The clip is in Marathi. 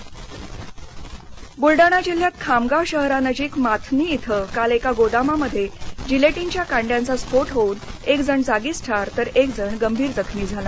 बुलडाणाः ब्लडाणा जिल्ह्यात खामगाव शहरानजीक माथनी क्वे काल एका गोदामामध्ये जिलेटिनच्या कांड्याचा स्फोट होऊन एक जण जागीच ठार तर एक जण गंभीर जखमी झाला